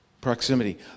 Proximity